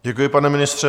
Děkuji, pane ministře.